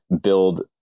build